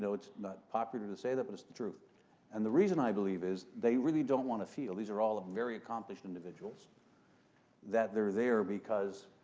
it's not popular to say that, but it's the truth and the reason i believe is they really don't want to feel these are all very accomplished individuals that they're there because,